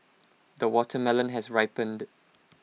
the watermelon has ripened